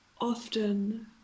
Often